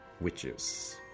witches